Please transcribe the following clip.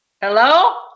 Hello